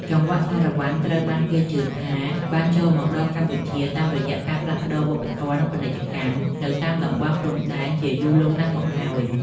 ចង្វាក់សារ៉ាវ៉ាន់ ត្រូវបានគេជឿថាបានចូលមកដល់កម្ពុជាតាមរយៈការផ្លាស់ប្ដូរវប្បធម៌ និងពាណិជ្ជកម្មនៅតាមតំបន់ព្រំដែនជាយូរលង់ណាស់មកហើយ។